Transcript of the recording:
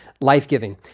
life-giving